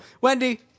Wendy